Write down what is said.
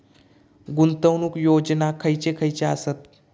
गुंतवणूक योजना खयचे खयचे आसत?